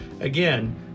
Again